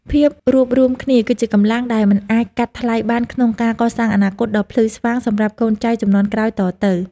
ភាពរួបរួមគ្នា គឺជាកម្លាំងដែលមិនអាចកាត់ថ្លៃបានក្នុងការកសាងអនាគតដ៏ភ្លឺស្វាងសម្រាប់កូនចៅជំនាន់ក្រោយតទៅ។